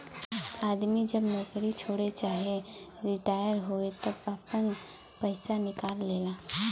आदमी जब नउकरी छोड़े चाहे रिटाअर होए तब आपन पइसा निकाल लेला